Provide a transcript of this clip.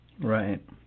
right